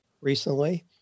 recently